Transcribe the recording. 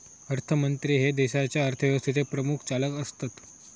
अर्थमंत्री हे देशाच्या अर्थव्यवस्थेचे प्रमुख चालक असतत